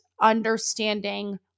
understanding